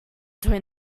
doing